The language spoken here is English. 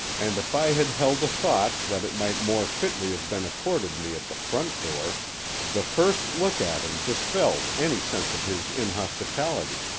and if i had held a thought that it might more fitly have been accorded me at the front door the first look at him dispelled any sense of his inhospitality.